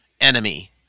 enemy